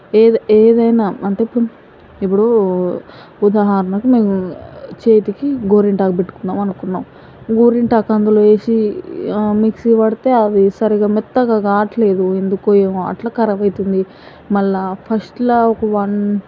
ఏ ఏదైనా అంటే ఇప్పుడు ఇప్పుడు ఉదాహరణకు మేము చేతికి గోరింటాకు పెట్టుకుందాము అనుకున్నాము గోరింటాకు అందులో వేసి మిక్సీ పడితే అది సరిగ్గా మెత్తగా కాట్లేదు ఎందుకో ఏమో అట్లా ఖరాబ్ అవుతుంది మళ్ళీ ఫస్ట్లా ఒక వన్